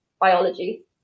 biology